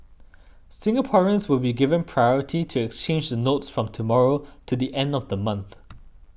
Singaporeans will be given priority to exchange the notes from tomorrow to the end of next month